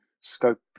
scope